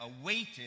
awaited